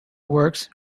works